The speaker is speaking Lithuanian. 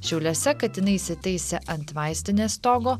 šiauliuose katinai įsitaisė ant vaistinės stogo